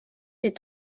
des